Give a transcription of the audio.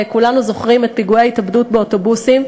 כולנו זוכרים את פיגועי ההתאבדות באוטובוסים,